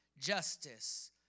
justice